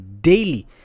daily